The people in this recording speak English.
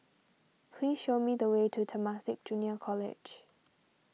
please show me the way to Temasek Junior College